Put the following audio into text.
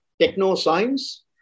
techno-science